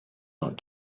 not